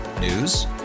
News